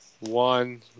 One